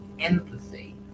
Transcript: empathy